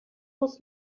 was